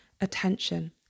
attention